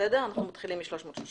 מתחילים מ-330ז.